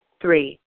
Three